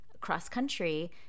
cross-country